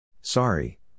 Sorry